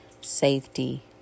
safety